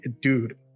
dude